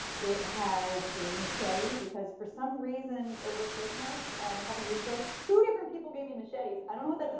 it has a machete. because for some reason over christmas um a couple of years ago, two different people gave me machetes. i don't